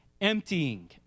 emptying